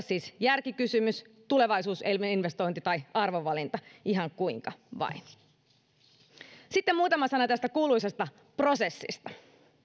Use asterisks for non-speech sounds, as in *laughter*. *unintelligible* siis järkikysymys tulevaisuusinvestointi tai arvovalinta ihan kuinka vain sitten muutama sana tästä kuuluisasta prosessista